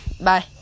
Bye